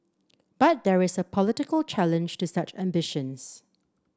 but there is a political challenge to such ambitions